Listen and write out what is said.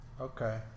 Okay